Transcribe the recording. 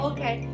Okay